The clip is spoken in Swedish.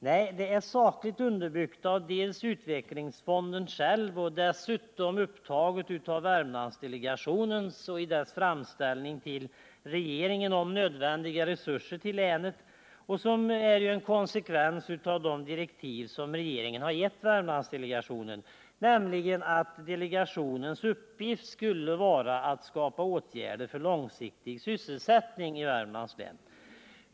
Nej, det är sakligt underbyggt av Utvecklingsfonden själv och dessutom upptaget i Värmlandsdelegationen i dess framställning till regeringen om nödvändiga resurser till länet som en konsekvens av de direktiv som regeringen har gett Värmlandsdelegationen, nämligen att delegationens uppgift skall vara att skapa åtgärder för långsiktig sysselsättning i Värmlands län.